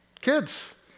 kids